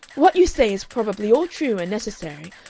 what you say is probably all true and necessary.